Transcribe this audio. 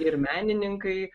ir menininkai